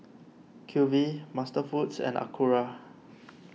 Q V MasterFoods and Acura